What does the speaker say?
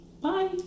Bye